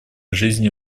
жизни